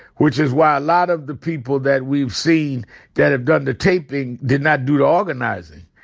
which is why a lot of the people that we've seen that have done the taping did not do the organizing.